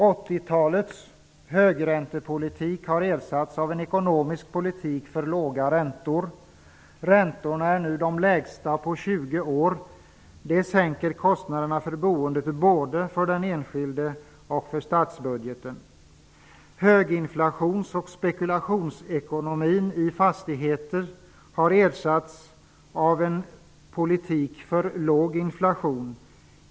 80-talets högräntepolitik har ersatts av en ekonomisk politik för låga räntor. Räntorna är nu de lägsta på 20 år. Det sänker kostnaderna för boendet både för den enskilde och för statsbudgeten. Höginflations och spekulationsekonomin i fastigheter har ersatts av en politik för låg inflation.